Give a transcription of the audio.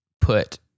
put